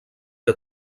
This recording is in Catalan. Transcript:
que